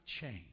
change